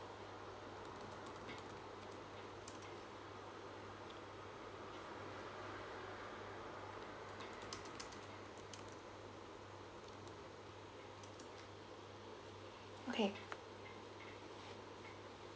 okay